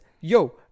yo